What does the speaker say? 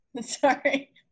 Sorry